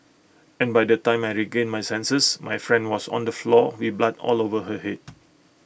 and by the time I regained my senses my friend was on the floor with blood all over her Head